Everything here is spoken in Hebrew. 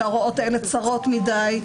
שההוראות האלה צרות מדי.